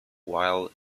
while